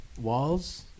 walls